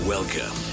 Welcome